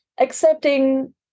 Accepting